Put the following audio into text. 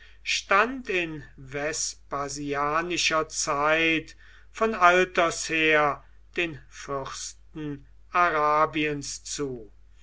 stand in vespasianischer zeit von alters her den fürsten arabiens zu